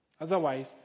Otherwise